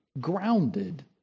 grounded